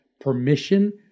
permission